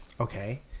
Okay